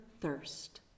thirst